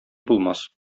булмас